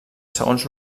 segons